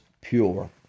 pure